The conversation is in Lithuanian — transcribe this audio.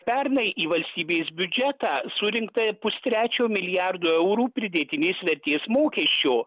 pernai į valstybės biudžetą surinkta pustrečio milijardo eurų pridėtinės vertės mokesčio